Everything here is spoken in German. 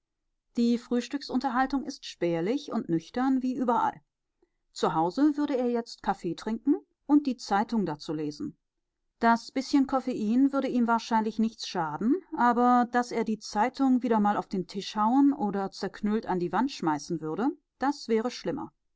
die frühstücksunterhaltung ist spärlich und nüchtern wie überall zu hause würde er jetzt kaffee trinken und die zeitung dazu lesen das bißchen koffein würde ihm wahrscheinlich nichts schaden aber daß er die zeitung wieder mal auf den tisch hauen oder zerknüllt an die wand schmeißen würde das wäre schlimmer